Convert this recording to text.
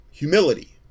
Humility